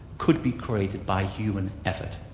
could be created by human effort,